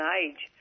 age